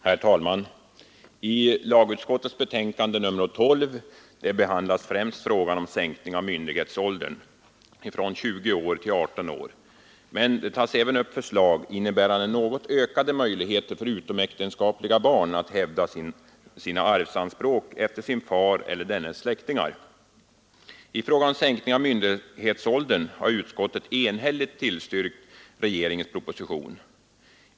Herr talman! I lagutskottets betänkande nr 12 behandlas främst frågan om sänkning av myndighetsåldern från 20 till 18 år men där berörs även förslag inne bärande något utökade möjligheter för utomäktenskapliga barn att hävda arvsanspråk efter sin far och dennes släktingar. I fråga om sänkning av myndighetsåldern har utskottet enhälligt tillstyrkt regeringens proposition.